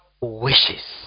wishes